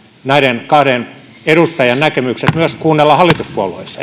näiden kahden edustajan näkemykset myös kuunnellaan hallituspuolueissa